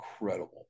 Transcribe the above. incredible